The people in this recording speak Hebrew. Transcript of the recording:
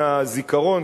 מהזיכרון,